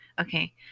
Okay